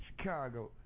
Chicago